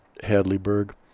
Hadleyburg